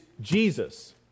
Jesus